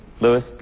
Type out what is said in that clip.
Lewis